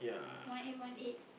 one eight one eight